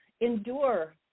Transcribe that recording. endure